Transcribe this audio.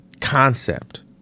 concept